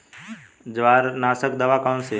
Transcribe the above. जवारनाशक दवा कौन सी है?